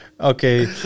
Okay